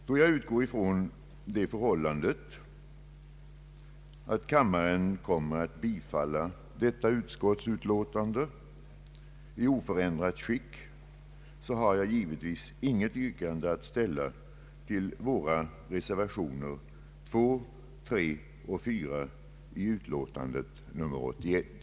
Då jag utgår från det förhållandet att kammaren bifaller förevarande utskottsutlåtande i oförändrat skick, kommer jag inte att ställa något yrkande om bifall till reservationerna II, III och IV i utlåtandet nr 81.